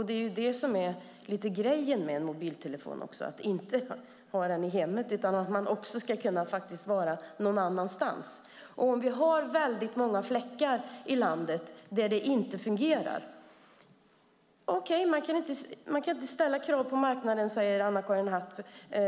Det är ju det som är lite av grejen med en mobiltelefon, att man inte bara ska ha den i hemmet utan att man faktiskt också ska kunna vara någon annanstans. Vi har väldigt många fläckar i landet där det inte fungerar. Okej, man kan inte ställa krav på marknaden, säger Anna-Karin Hatt.